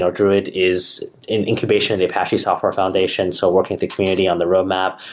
druid is an incubation, the apache software foundation, so working at the community on the roadmap,